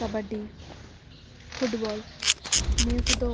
kabaddi football ᱱᱤᱭᱟᱹ ᱠᱚᱫᱚ